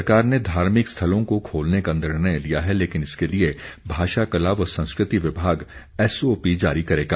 सरकार ने धार्मिक स्थलों को खोलने का निर्णय लिया है लेकिन इसके लिए भाषा कला व संस्कृति विभाग एसओपी जारी करेगा